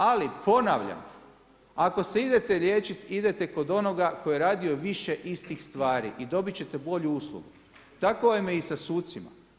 Ali ponavljam, ako se idete liječiti, idete kod onoga koji je radio više istih stvari i dobit ćete bolju uslugu, tako vam je i sa sucima.